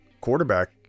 quarterback